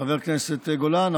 חבר הכנסת גולן,